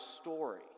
story